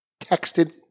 texted